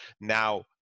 now